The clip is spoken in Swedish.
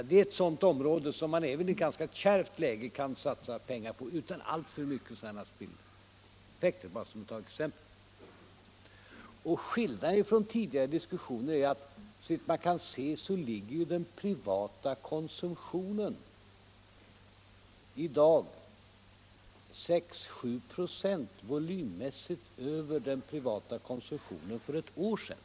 Det är ett sådant område som man även i ett ganska kärvt läge kan satsa på utan risk för alltför stora efterräkningar. Skillnaden i förhållande till läget vid tidigare diskussioner är att såvitt man kan se ligger den privata konsumtionen i dag 6-7 96 volymmässigt över den privata konsumtionen för ett år sedan.